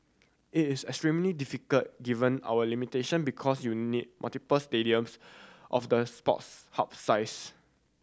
it is extremely difficult given our limitation because you need multiple stadiums of the Sports Hub size